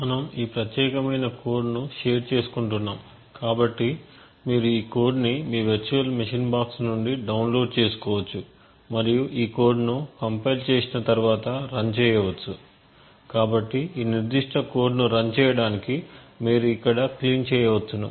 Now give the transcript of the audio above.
మనము ఈ ప్రత్యేకమైన కోడ్ ను షేర్ చేసుకుంటున్నాము కాబట్టి మీరు ఈ కోడ్ను మీ వర్చువల్ మెషీన్ బాక్స్ నుండి డౌన్లోడ్ చేసుకోవచ్చు మరియు ఈ కోడ్ను కంపైల్ చేసిన తర్వాత రన్ చేయవచ్చు కాబట్టి ఈ నిర్దిష్ట కోడ్ను రన్ చేయడానికి మీరు ఇక్కడ క్లీన్ చేయవచ్చును